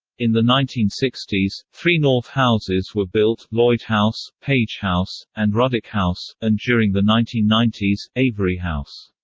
in the nineteen sixty s, three north houses were built lloyd house, page house, and ruddock house, and during the nineteen ninety s, avery house.